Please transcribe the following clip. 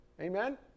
Amen